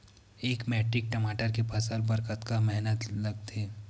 एक मैट्रिक टमाटर के फसल बर कतका मेहनती लगथे?